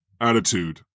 attitude